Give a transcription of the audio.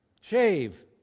Shave